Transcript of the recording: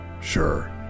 Sure